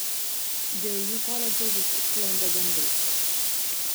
dėl jų koledže vis sklandė gandai